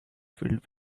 filled